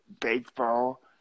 baseball